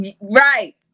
Right